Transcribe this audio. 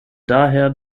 daher